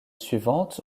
suivante